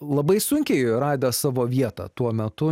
labai sunkiai radęs savo vietą tuo metu